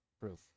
proof